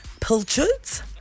pilchards